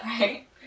right